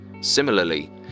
Similarly